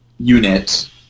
unit